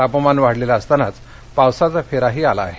तापमान वाढलेलं असतानाच पावसाचा फेराही आला आहे